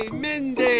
mindy